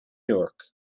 york